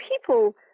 people